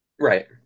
right